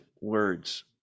words